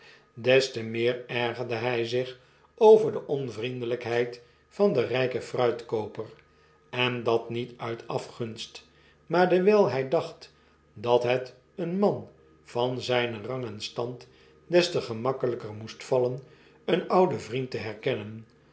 des te meer ergerde hij zich over de onvriendelpheid van den rijken fruitkooper en dat niet uit afgunst maar dewyl hjj dacht dat het een man van zynen rang en stand des te genjakkeigker moest vallen een ouden vriend te herkennen